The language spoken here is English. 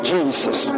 Jesus